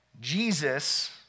Jesus